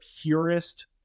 purest